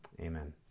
Amen